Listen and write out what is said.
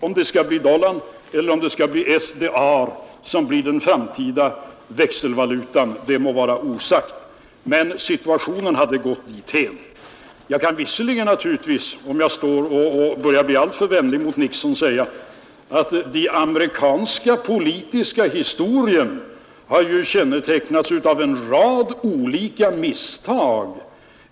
Om dollarn eller SDR blir den framtida växelvalutan må vara osagt. Men utvecklingen hade gått dithän. Jag kan naturligtvis säga, om jag börjar bli alltför vänlig mot Nixon, att den amerikanska politiska historien har kännetecknats av en rad olika misstag.